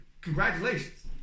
congratulations